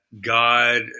God